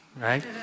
right